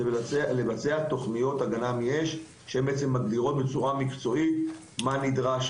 זה תוכניות הגנה מאש שמגדירות בצורה מקצועית מה נדרש,